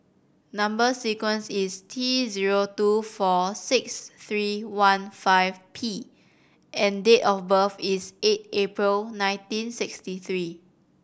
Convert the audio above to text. number sequence is T zero two four six three one five P and date of birth is eight April nineteen sixty three